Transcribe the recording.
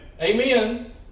Amen